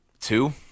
Two